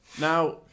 Now